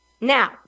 now